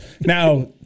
Now